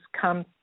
come